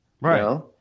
Right